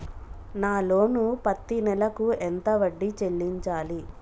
నా లోను పత్తి నెల కు ఎంత వడ్డీ చెల్లించాలి?